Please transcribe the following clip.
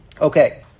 Okay